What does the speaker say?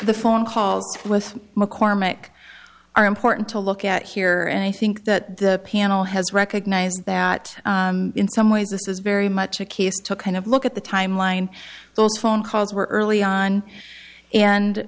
the phone calls with mccormick are important to look at here and i think that the panel has recognized that in some ways this is very much a case took kind of look at the time line those phone calls were early